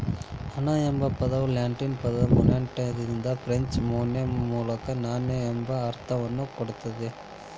ಹಣ ಎಂಬ ಪದವು ಲ್ಯಾಟಿನ್ ಪದ ಮೊನೆಟಾದಿಂದ ಫ್ರೆಂಚ್ ಮೊನೈ ಮೂಲಕ ನಾಣ್ಯ ಎಂಬ ಅರ್ಥವನ್ನ ಕೊಡ್ತದ